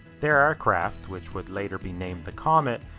the aircraft, which would later be named the comet,